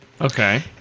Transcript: Okay